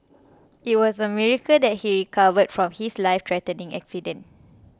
it was a miracle that he recovered from his lifethreatening accident